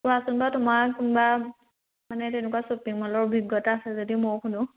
কোৱাচোন বা তোমাৰ কোনবা মানে তেনেকুৱা শ্বপিং মলৰ অভিজ্ঞতা আছে যদি মইও শুনো